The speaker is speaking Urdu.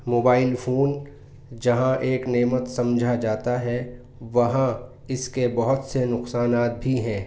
موبائل فون جہاں ایک نعمت سمجھا جاتا ہے وہاں اس کے بہت سے نقصانات بھی ہیں